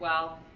well,